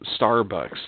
Starbucks